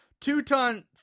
Two-ton